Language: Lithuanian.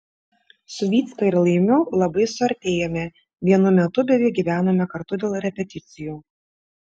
su vycka ir laimiu labai suartėjome vienu metu beveik gyvenome kartu dėl repeticijų